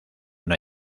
una